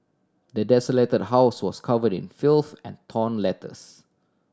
the desolated house was covered in filth and torn letters